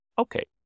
Okay